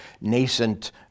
nascent